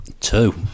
Two